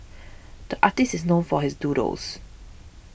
the artist is known for his doodles